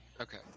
Okay